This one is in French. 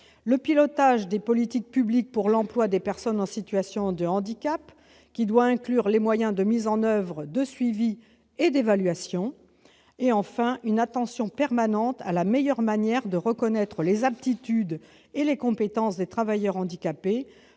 le pilotage des politiques publiques pour l'emploi des personnes en situation de handicap, qui doit inclure les moyens de mise en oeuvre, de suivi et d'évaluation, et, enfin, une attention permanente à la meilleure manière de reconnaître les aptitudes et les compétences des travailleurs handicapés,